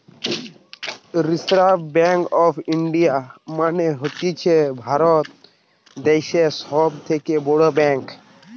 reserve bank of India মানে হতিছে ভারত দ্যাশের সব থেকে বড় ব্যাঙ্ক